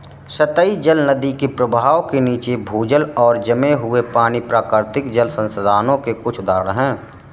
सतही जल, नदी के प्रवाह के नीचे, भूजल और जमे हुए पानी, प्राकृतिक जल संसाधनों के कुछ उदाहरण हैं